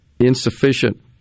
Insufficient